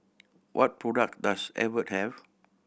what product does Abbott have